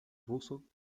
ruso